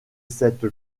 cette